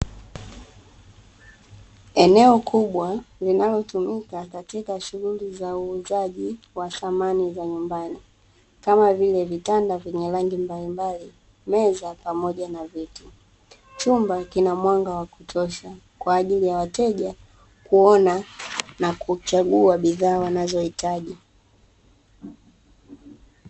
Eneo kubwa linalotumika katika shughuli za uuzaji wa samani za nyumbani, kama vile: vitanda vyenye rangi mbalimbali, meza pamoja na viti. Chumba kina mwanga wa kutosha kwa ajili ya wateja kuona na kuchagua bidhaa wanazohitaji.